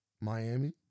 Miami